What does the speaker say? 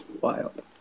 Wild